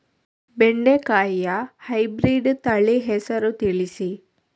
ಬೆಂಡೆಕಾಯಿಯ ಹೈಬ್ರಿಡ್ ತಳಿ ಹೆಸರು ತಿಳಿಸಿ?